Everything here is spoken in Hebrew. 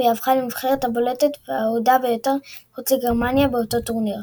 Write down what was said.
והיא הפכה לנבחרת הבולטת והאהודה ביותר מחוץ לגרמניה באותו טורניר.